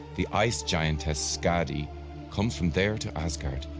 the ice giantess skadi comes from there to asgard,